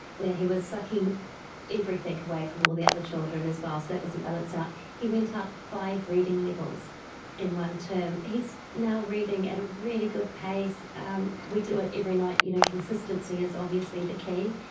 where he was sucking everything away from all the other children as well, so that doesn't balance out. he went up five reading levels in one term. he is now reading at a really good pace, um we do it every night. you know consistency is obviously the key,